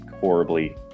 horribly